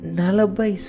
nalabai